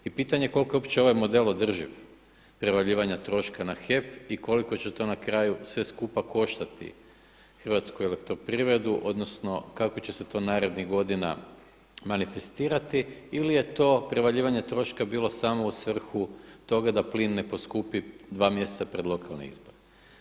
I pitanje koliko je uopće ovaj model održiv prevaljivanja troška na HEP i koliko će to na kraju sve skupa koštati HEP odnosno kako će se to narednih godina manifestirati ili je to prevaljivanje troška bilo samo u svrhu toga da plin ne poskupi dva mjeseca pred lokalne izbore.